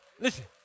Listen